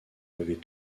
levés